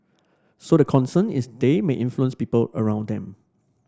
so the concern is they may influence people around them